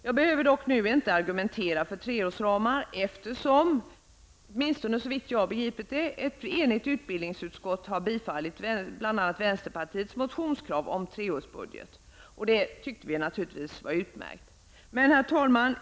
Jag behöver dock inte nu argumentera för treårsramar, eftersom ett enigt utbildningsutskott såvitt jag förstår har tillstyrkt vänsterpartiets motionskrav om treårsbudget. Det tycker vi naturligtvis är utmärkt. Herr talman!